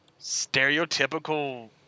stereotypical